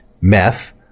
Meth